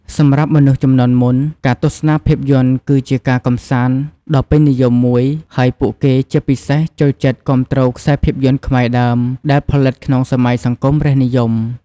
សម្រាប់មនុស្សជំនាន់មុន ការទស្សនាភាពយន្តគឺជាការកម្សាន្តដ៏ពេញនិយមមួយ ហើយពួកគេជាពិសេសចូលចិត្តគាំទ្រខ្សែភាពយន្តខ្មែរដើមដែលផលិតក្នុងសម័យសង្គមរាស្ត្រនិយម។